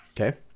Okay